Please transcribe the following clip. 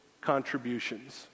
contributions